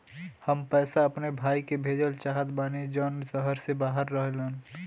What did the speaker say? हम पैसा अपने भाई के भेजल चाहत बानी जौन शहर से बाहर रहेलन